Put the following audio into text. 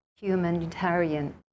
humanitarian